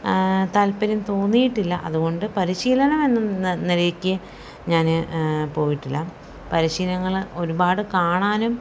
താല്പര്യം തോന്നിയിട്ടില്ല അതുകൊണ്ട് പരിശീലനം എന്ന നിലയ്ക്ക് ഞാൻ പോയിട്ടില്ല പരിശീലങ്ങൾ ഒരുപാട് കാണാനും